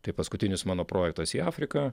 tai paskutinis mano projektas į afriką